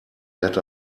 let